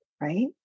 right